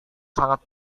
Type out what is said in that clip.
sangat